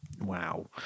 Wow